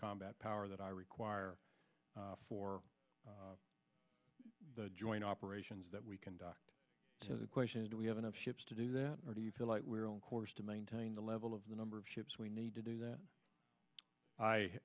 combat power that i require for the joint operations that we conduct to the question do we have enough ships to do that or do you feel like we're on course to maintain the level of the number of ships we need to do that i